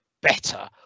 better